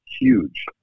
huge